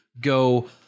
go